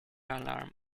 alarm